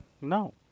No